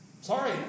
Sorry